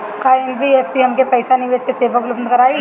का एन.बी.एफ.सी हमके पईसा निवेश के सेवा उपलब्ध कराई?